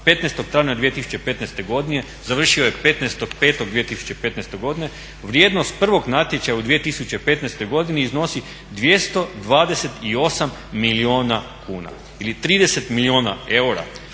2015. godine, završio je 15.5.2015. godine. Vrijednost prvog natječaja u 2015.godini iznosi 228 milijuna kuna ili 30 milijuna eura.